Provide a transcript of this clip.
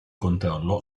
controllo